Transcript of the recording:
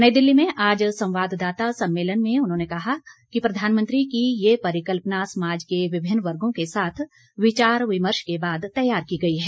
नई दिल्ली में आज संवाददाता सम्मेलन में उन्होंने कहा कि प्रधानमंत्री की ये परिकल्पना समाज के विभिन्न वर्गों के साथ विचार विमर्श के बाद तैयार की गई है